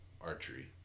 archery